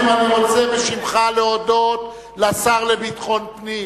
בשמך אני רוצה להודות לשר לביטחון הפנים,